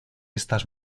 estas